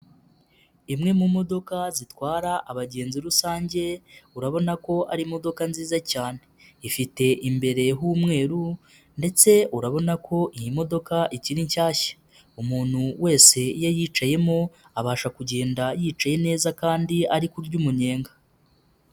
Imwe mu modoka zitwara abagenzi rusange urabona ko ari imodoka nziza cyane, ifite imbereh'umweru ndetse urabona ko iyi modoka ikiri nshyashya, umuntu wese iyo ayicayemo abasha kugenda yicaye neza kandi ari kurya umunyenga.